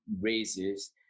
raises